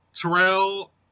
Terrell